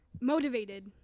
motivated